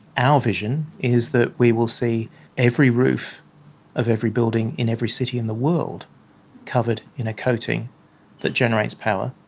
our vision is that we will see every roof of every building in every city in the world covered in a coating that generates power,